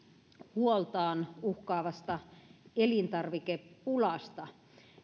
huoltaan uhkaavasta elintarvikepulasta